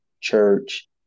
church